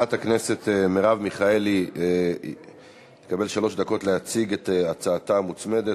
חברת הכנסת מרב מיכאלי תקבל שלוש דקות להציג את הצעתה המוצמדת,